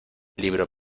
libro